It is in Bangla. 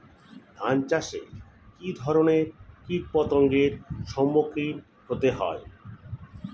ধান চাষে কী ধরনের কীট পতঙ্গের সম্মুখীন হতে হয়?